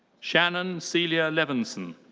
shannon celia levinson.